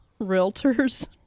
realtors